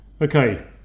Okay